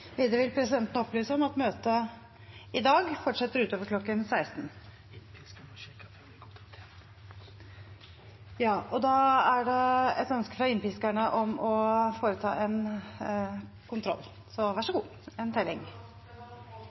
Videre vil presidenten opplyse om at møtet i dag fortsetter utover kl. 16.